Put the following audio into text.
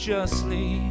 justly